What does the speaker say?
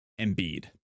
Embiid